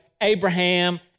Abraham